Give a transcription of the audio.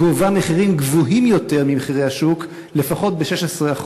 גובה מחירים גבוהים ממחירי השוק לפחות ב-16%.